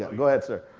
go ahead sir.